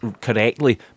correctly